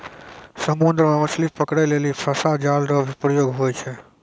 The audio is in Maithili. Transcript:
समुद्र मे मछली पकड़ै लेली फसा जाल रो भी प्रयोग हुवै छै